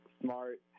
smart